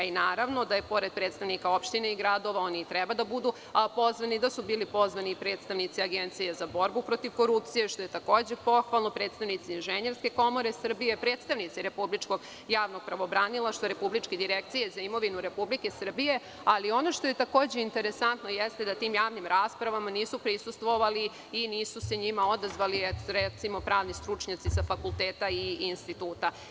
Naravno da su, pored predstavnika opština i gradova koji i treba da budu pozvani, bili pozvani predstavnici Agencije za borbu protiv korupcije, što je takođe pohvalno, predstavnici Inženjerske komore Srbije, predstavnici Republičkog javnog pravobranilaštva, Republička direkcija za imovinu Republike Srbije, ali ono što je interesantno jeste da tim javnim raspravama nisu prisustvovali i nisu se njima odazvali, kao što su, recimo, pravni stručnjaci sa fakulteta i instituta.